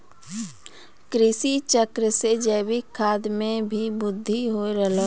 कृषि चक्र से जैविक खाद मे भी बृद्धि हो रहलो छै